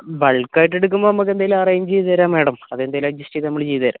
bulk ആയിട്ടെടുക്കുമ്പോൾ നമുക്കെന്തെങ്കിലും arrange ചെയ്തുതരാം മാഡം അതെന്തെലും അഡ്ജസ്റ്റ് നമ്മൾ ചെയ്തുതരാം